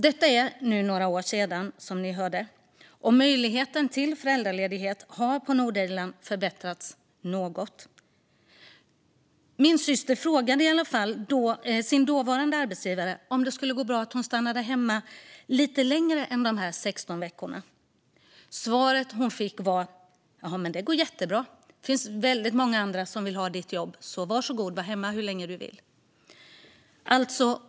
Detta är nu några år sedan, som ni hörde, och möjligheten till föräldraledighet på Nordirland har förbättrats något. Min syster frågade sin dåvarande arbetsgivare om det skulle gå bra att hon stannade hemma lite längre än de där 16 veckorna. Svaret hon fick var: "Det går jättebra; det finns väldigt många andra som vill ha ditt jobb. Var så god - var hemma så länge du vill!"